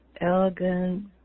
elegant